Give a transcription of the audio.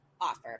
offer